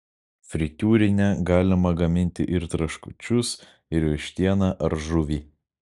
fritiūrine galima gaminti ir traškučius ir vištieną ar žuvį